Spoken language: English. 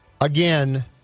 again